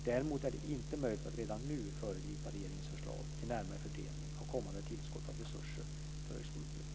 Däremot är det inte möjligt att redan nu föregripa regeringens förslag till närmare fördelning av kommande tillskott av resurser för högskoleutbildning.